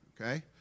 Okay